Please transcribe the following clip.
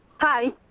Hi